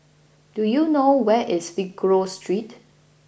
do you know where is Figaro Street